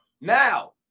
Now